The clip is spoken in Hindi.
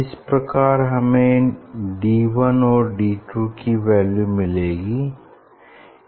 इस प्रकार हमें डी वन और डी टू की वैल्यू मिलेगी